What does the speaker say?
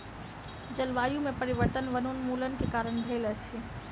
जलवायु में परिवर्तन वनोन्मूलन के कारण भेल अछि